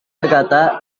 berkata